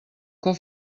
cop